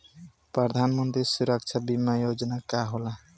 प्रधानमंत्री सुरक्षा बीमा योजना का होला?